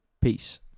Peace